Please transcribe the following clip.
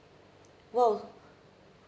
!wow!